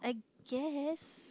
yes